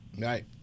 Right